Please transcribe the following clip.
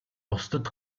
бусдад